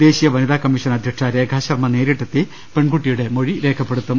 ദേശീയവനിതാകമ്മീഷൻ അധ്യക്ഷ രേഖാശർമ നേരിട്ടെത്തി പെൺകുട്ടിയുടെ മൊഴി രേഖപ്പെടുത്തും